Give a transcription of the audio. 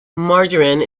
margarine